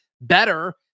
better